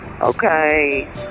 Okay